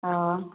अ